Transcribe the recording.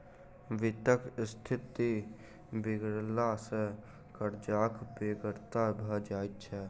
वित्तक स्थिति बिगड़ला सॅ कर्जक बेगरता भ जाइत छै